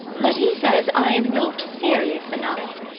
but he says i am not serious enough.